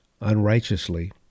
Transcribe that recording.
unrighteously